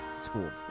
schooled